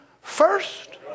first